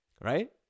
right